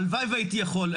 הלוואי והייתי יכול,